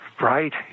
Right